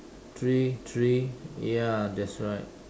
three three ya that's right